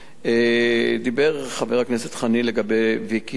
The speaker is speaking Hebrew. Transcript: דיבר חבר הכנסת חנין לגבי ויקי וענונו.